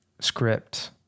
script